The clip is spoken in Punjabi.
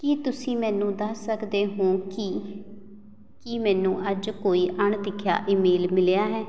ਕੀ ਤੁਸੀਂ ਮੈਨੂੰ ਦੱਸ ਸਕਦੇ ਹੋ ਕਿ ਕੀ ਮੈਨੂੰ ਅੱਜ ਕੋਈ ਅਣ ਦਿਖਿਆ ਈਮੇਲ ਮਿਲਿਆ ਹੈ